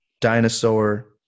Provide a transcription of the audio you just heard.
Dinosaur